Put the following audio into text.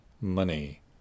money